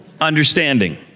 understanding